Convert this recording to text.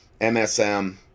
msm